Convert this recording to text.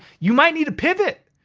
you might need a pivot.